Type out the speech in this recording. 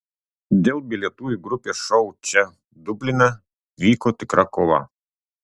dėl bilietų į grupės šou čia dubline vyko tikra kova